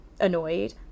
annoyed